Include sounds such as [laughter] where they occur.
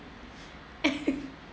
[laughs]